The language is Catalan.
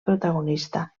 protagonista